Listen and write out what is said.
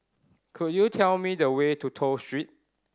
could you tell me the way to Toh Street